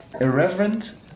irreverent